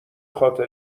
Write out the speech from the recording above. خاطر